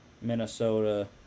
Minnesota